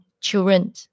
children